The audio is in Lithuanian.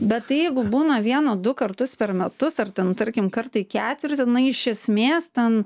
bet jeigu būna vieną du kartus per metus ar ten tarkim kartą į ketvirtį na iš esmės ten